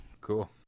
Cool